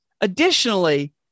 additionally